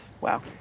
Wow